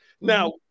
Now